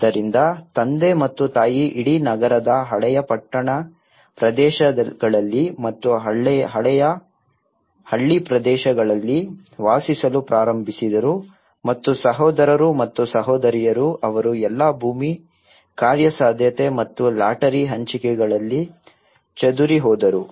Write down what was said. ಆದ್ದರಿಂದ ತಂದೆ ಮತ್ತು ತಾಯಿ ಇಡೀ ನಗರದ ಹಳೆಯ ಪಟ್ಟಣ ಪ್ರದೇಶಗಳಲ್ಲಿ ಮತ್ತು ಹಳೆಯ ಹಳ್ಳಿ ಪ್ರದೇಶಗಳಲ್ಲಿ ವಾಸಿಸಲು ಪ್ರಾರಂಭಿಸಿದರು ಮತ್ತು ಸಹೋದರರು ಮತ್ತು ಸಹೋದರಿಯರು ಅವರು ಎಲ್ಲಾ ಭೂಮಿ ಕಾರ್ಯಸಾಧ್ಯತೆ ಮತ್ತು ಲಾಟರಿ ಹಂಚಿಕೆಗಳಲ್ಲಿ ಚದುರಿಹೋದರು